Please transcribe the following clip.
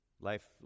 Life